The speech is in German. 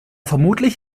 vermutlich